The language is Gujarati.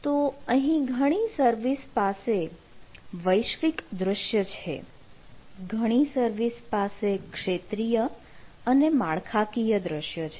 તો અહીં ઘણી સર્વિસ પાસે વૈશ્વિક દ્રશ્ય છે ઘણી સર્વિસ પાસે ક્ષેત્રીય અને માળખાકીય દ્રશ્ય છે